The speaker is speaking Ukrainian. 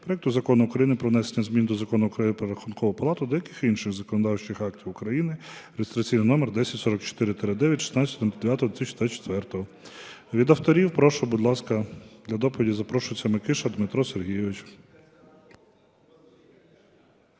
проекту Закону України про внесення змін до Закону України "Про Рахункову палату" та деяких інших законодавчих актів України (реєстраційний номер 10044-д від 16.09.2024). Від авторів прошу, будь ласка, до доповіді запрошується Микиша Дмитро Сергійович.